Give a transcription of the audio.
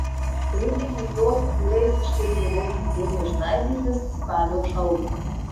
rudenį jos būriais išlėkė vos tik ėmė žnaibytis spalio šalnos